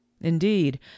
indeed